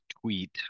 tweet